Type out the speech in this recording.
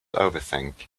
overthink